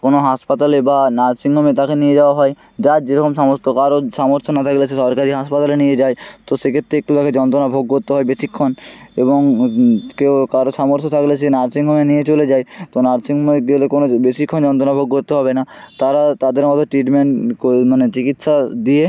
কোনো হাসপাতালে বা নার্সিং হোমে তাকে নিয়ে যাওয়া হয় যার যেরকম সামর্থ্য কারোর সামর্থ্য না থাকলে সে সরকারি হাসপাতালে নিয়ে যায় তো সে ক্ষেত্রে একটু তাকে যন্তণা ভোগ করতে হয় বেশিক্ষণ এবং কেউ কারোর সামর্থ্য থাকলে সে নার্সিং হোমে নিয়ে চলে যায় তো নার্সিং হোমে গেলে কোনো বেশিক্ষণ যন্তণা ভোগ করতে হবে না তারাও তাদের মত ট্রিটমেন্ট মানে চিকিৎসা দিয়ে